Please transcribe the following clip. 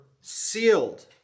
sealed